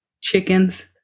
chickens